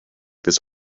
this